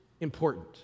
important